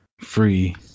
free